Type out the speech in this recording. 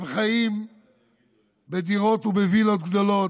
הם חיים בדירות ובווילות גדולות.